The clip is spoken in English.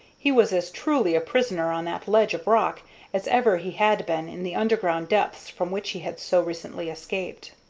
he was as truly a prisoner on that ledge of rock as ever he had been in the underground depths from which he had so recently escaped.